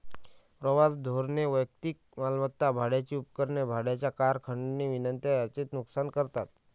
प्रवास धोरणे वैयक्तिक मालमत्ता, भाड्याची उपकरणे, भाड्याच्या कार, खंडणी विनंत्या यांचे नुकसान करतात